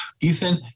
Ethan